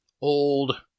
old